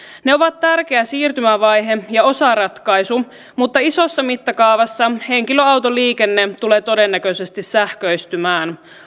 ne ovat tärkeä siirtymävaihe ja osaratkaisu mutta isossa mittakaavassa henkilöautoliikenne tulee todennäköisesti sähköistymään